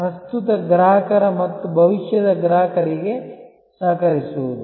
ಪ್ರಸ್ತುತ ಗ್ರಾಹಕರ ಮತ್ತು ಭವಿಷ್ಯದ ಗ್ರಾಹಕರಿಗೆ ಸಹಕರಿಸುವುದು